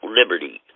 liberty